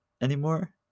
anymore